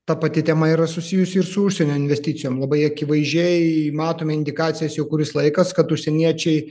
ta pati tema yra susijusi ir su užsienio investicijom labai akivaizdžiai matome indikacijas jau kuris laikas kad užsieniečiai